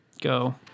Go